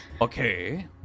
Okay